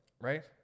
right